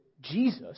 Jesus